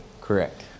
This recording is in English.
Correct